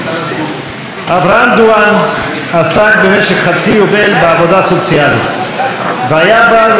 אברהם דואן עסק במשך חצי יובל בעבודה סוציאלית והיה בעל רגישות